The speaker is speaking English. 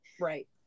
Right